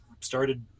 started